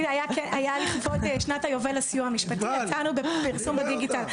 לכבוד שנת היובל לסיוע המשפטי יצאנו בפרסום בדיגיטל.